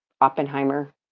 Oppenheimer